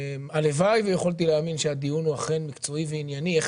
הלוואי הייתי יכול להאמין שאכן הדיון הוא מקצועי וענייני איך